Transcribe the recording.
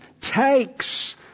takes